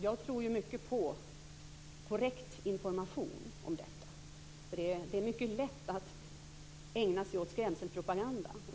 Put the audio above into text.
Jag tror mycket på korrekt information om detta, för det är mycket lätt att ägna sig åt skrämselpropaganda.